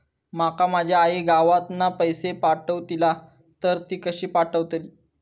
माका माझी आई गावातना पैसे पाठवतीला तर ती कशी पाठवतली?